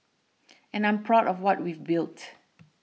and I'm proud of what we've built